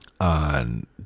on